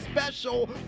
special